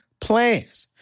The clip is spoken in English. plans